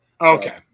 Okay